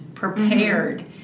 prepared